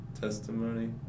testimony